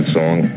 song